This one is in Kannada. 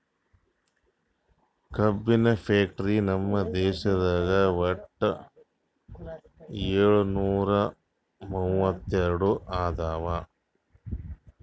ಕಬ್ಬಿನ್ ಫ್ಯಾಕ್ಟರಿ ನಮ್ ದೇಶದಾಗ್ ವಟ್ಟ್ ಯೋಳ್ನೂರಾ ಮೂವತ್ತೆರಡು ಅದಾವ್